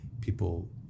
people